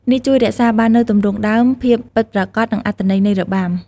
នេះជួយរក្សាបាននូវទម្រង់ដើម ភាពពិតប្រាកដ និងអត្ថន័យនៃរបាំ។